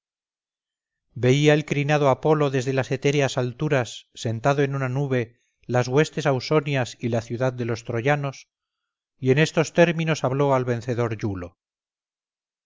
veía el crinado apolo desde las etéreas alturas sentado en una nube las huestes ausonias y la ciudad de los troyanos y en estos términos habló al vencedor iulo